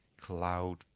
cloud